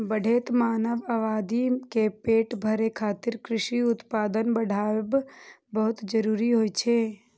बढ़ैत मानव आबादी के पेट भरै खातिर कृषि उत्पादन बढ़ाएब बहुत जरूरी होइ छै